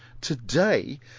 today